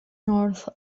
north